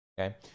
okay